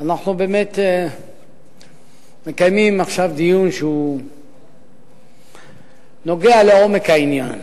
אנחנו מקיימים עכשיו דיון שהוא נוגע לעומק העניין,